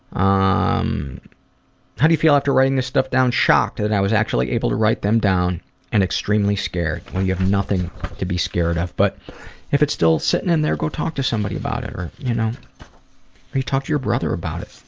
ah um how do you feel after writing this stuff down? shocked that i was actually able to write them down and extremely scared. well you have nothing to be scared of, but if it's still sitting in there, go talk to somebody about it. you know talk to your brother about it.